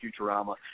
Futurama